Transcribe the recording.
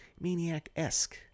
maniac-esque